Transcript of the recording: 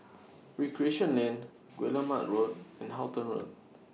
Recreation Lane Guillemard Road and Halton Road